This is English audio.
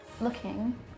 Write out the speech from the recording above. looking